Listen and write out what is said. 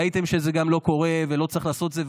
ראיתם שזה גם לא קורה ולא צריך לעשות את זה,